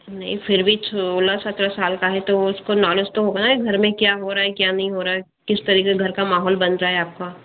नहीं फिर भी सोलह सत्रह साल का है तो उसको नॉलेज तो होगा ना कि घर में क्या हो रहा है क्या नहीं हो रहा है किस तरीके का घर का महौल बन रहा है आपका